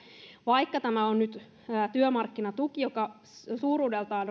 vaikka tämä on nyt työmarkkinatuki joka suuruudeltaan